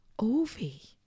Ovi